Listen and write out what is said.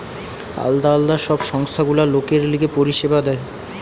আলদা আলদা সব সংস্থা গুলা লোকের লিগে পরিষেবা দেয়